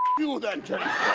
you then, james